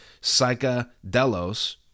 psychedelos